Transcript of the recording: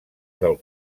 del